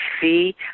see